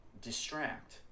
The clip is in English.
distract